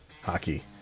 hockey